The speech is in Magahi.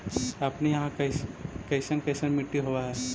अपने यहाँ कैसन कैसन मिट्टी होब है?